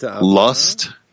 lust